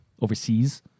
overseas